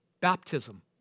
Baptism